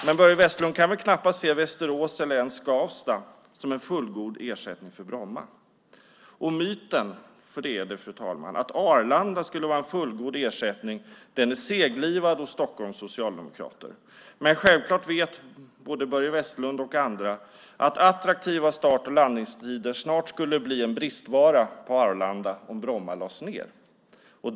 Men Börje Vestlund kan väl knappast se Västerås eller ens Skavsta som en fullgod ersättning för Bromma? Och myten, för det är en myt, att Arlanda skulle vara en fullgod ersättning är seglivad hos Stockholms socialdemokrater. Självklart vet Börje Vestlund och andra att om Bromma lades ned skulle attraktiva start och landningstider snart bli en bristvara på Arlanda.